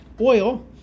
oil